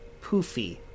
poofy